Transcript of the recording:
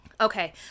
Okay